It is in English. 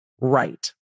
right